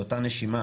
באותה נשימה,